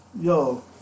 yo